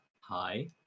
Hi